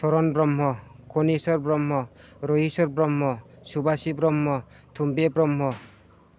Charan Brahma Kanisar Brahma Rahisar Brahma Subasi Brahma Thumbe Brahma